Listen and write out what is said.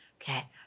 Okay